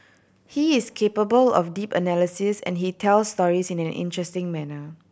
he is capable of deep analysis and he tell stories in an interesting manner